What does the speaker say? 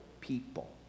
people